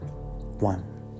one